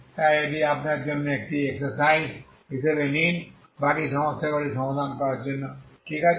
তাই এটি আপনার জন্য একটি এক্সারসাইজ হিসাবে নিন বাকি সমস্যাগুলি সমাধান করার জন্য ঠিক আছে